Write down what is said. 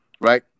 right